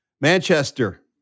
Manchester